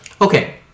Okay